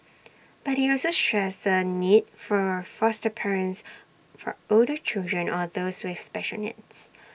but he also stressed the need for foster parents for older children or those with special needs